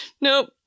Nope